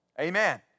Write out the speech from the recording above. Amen